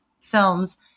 films